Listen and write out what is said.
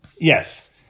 yes